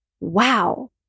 wow